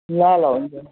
ल ल हुन्छ